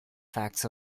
facts